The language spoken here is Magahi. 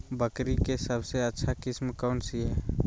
बकरी के सबसे अच्छा किस्म कौन सी है?